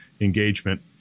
engagement